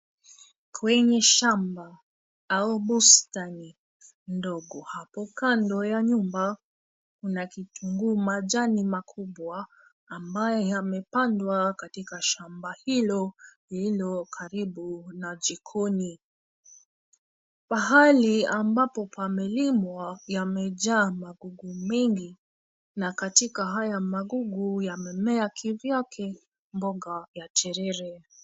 Kwenye shamba au bustani ndogo hapo kando ya nyumba kuna kitunguu majani makubwa ambayo yamepandwa katika shamba hilo lilo karibu na jikoni. Pahali ambapo pamelimwa yamejaa magugu mengi na katika haya magugu yamemea kivi yake mboga ya terere.